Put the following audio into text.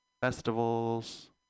Festivals